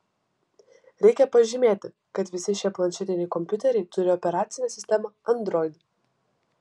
reikia pažymėti kad visi šie planšetiniai kompiuteriai turi operacinę sistemą android